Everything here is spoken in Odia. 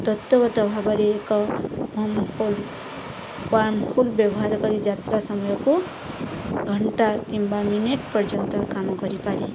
ତଥ୍ୟଗତ ଭାବରେ ଏକ ହୋମ ହୋଲ ୱର୍ମ୍ ହୋଲ୍ ବ୍ୟବହାର କରି ଯାତ୍ରା ସମୟକୁ ଘଣ୍ଟା କିମ୍ବା ମିନିଟ୍ ପର୍ଯ୍ୟନ୍ତ କାମ କରିପାରେ